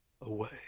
away